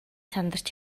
сандарч